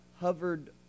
hovered